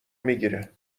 میگیره